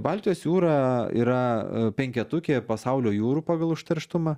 baltijos jūra yra penketuke pasaulio jūrų pagal užterštumą